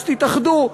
אז תתאחדו,